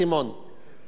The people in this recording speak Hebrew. כלומר, שיהיה צדק.